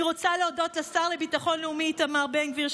אני רוצה להודות לשר לביטחון לאומי איתמר בן גביר,